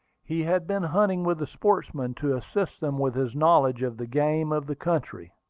he had been hunting with the sportsmen, to assist them with his knowledge of the game of the country.